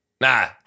Nah